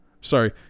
Sorry